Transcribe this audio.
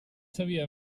sabia